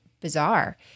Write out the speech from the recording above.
bizarre